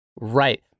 Right